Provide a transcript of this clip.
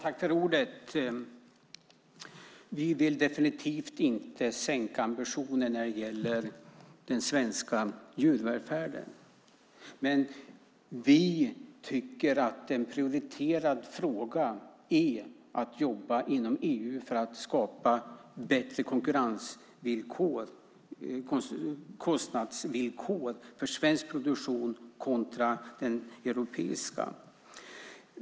Herr talman! Vi vill definitivt inte sänka ambitionen när det gäller den svenska djurvälfärden. Men vi tycker att en prioriterad fråga är att jobba inom EU för att skapa bättre konkurrensvillkor och kostnadsvillkor för svensk produktion kontra den europeiska.